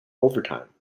overtime